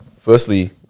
firstly